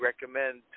recommend